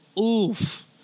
Oof